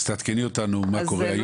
אז תעדכני אותנו מה קורה היום?